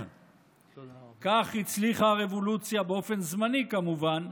כך הצליחה הרבולוציה, באופן זמני, כמובן,